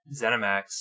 ZeniMax